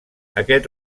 aquest